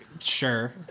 Sure